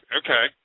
okay